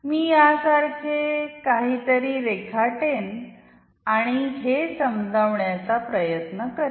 मी यासारखे असे काहीतरी रेखाटेन आणि हे समजावण्याचा प्रयत्न करीन